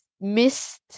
missed